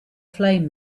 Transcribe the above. flame